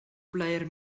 plaer